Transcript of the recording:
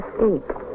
escape